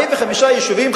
45 יישובים,